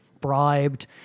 bribed